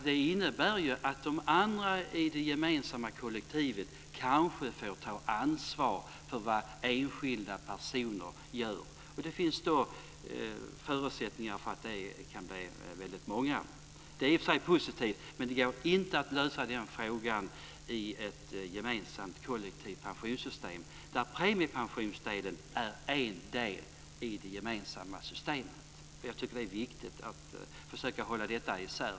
Det innebär att de andra i det gemensamma kollektivet kanske får ta ansvar för vad enskilda personer gör. Det finns förutsättningar för att det kan bli många. Det är i och för sig positivt, men det går inte att lösa den frågan i ett gemensamt kollektivt pensionssystem där premiepensionsdelen är en del i det gemensamma systemet. Det är viktigt att försöka hålla det isär.